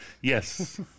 Yes